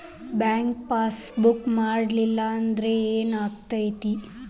Bank passbook ಮಾಡಲಿಲ್ಲ ಅಂದ್ರೆ ಏನ್ ಆಗ್ತೈತಿ?